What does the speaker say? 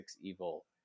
Evil